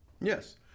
Yes